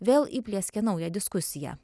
vėl įplieskė naują diskusiją